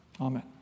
Amen